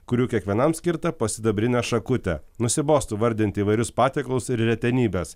kurių kiekvienam skirta po sidabrinę šakutę nusibostų vardinti įvairius patiekalus ir retenybes